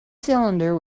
cylinder